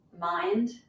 mind